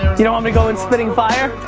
you don't want me going in spitting fire?